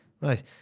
Right